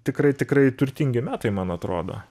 tikrai tikrai turtingi metai man atrodo